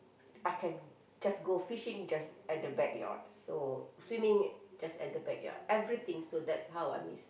I can just go fishing just at the backyard so swimming just at the backyard everything so that's how I miss